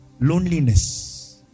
loneliness